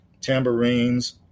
tambourines